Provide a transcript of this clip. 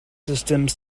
systems